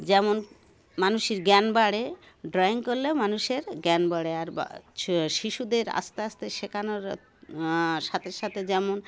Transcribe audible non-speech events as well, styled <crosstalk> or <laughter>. যেমন মানুষের জ্ঞান বাড়ে ড্রয়িং করলেও মানুষের জ্ঞান বাড়ে আর <unintelligible> শিশুদের আস্তে আস্তে শেখানোর সাথে সাথে যেমন